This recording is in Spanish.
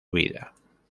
vida